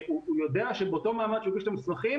יודע שבאותו מעמד שהוא הגיש את המסמכים,